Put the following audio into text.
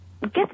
get